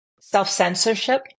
self-censorship